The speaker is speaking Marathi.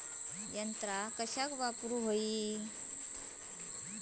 यंत्रा कशाक वापुरूची?